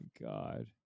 God